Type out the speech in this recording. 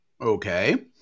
Okay